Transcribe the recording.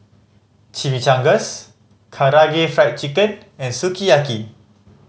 Chimichangas Karaage Fried Chicken and Sukiyaki